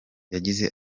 yagize